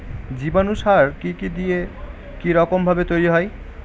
জীবাণু সার কি কি দিয়ে কি রকম ভাবে তৈরি হয়?